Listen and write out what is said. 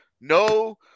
No